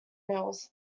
mills